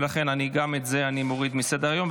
ולכן גם את זה אני מוריד מסדר-היום.